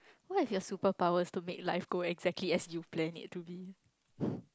what if you have super powers to make life go as exactly as you plan it to be